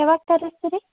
ಯಾವಾಗ ತರಿಸ್ತೀರಿ